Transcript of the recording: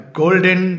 golden